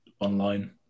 online